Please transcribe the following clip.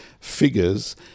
figures